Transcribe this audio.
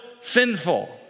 sinful